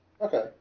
Okay